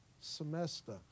semester